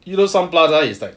you know sun plaza is like